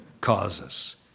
causes